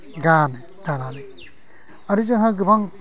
गानो दानानै आरो जोंहा गोबां